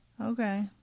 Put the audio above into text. okay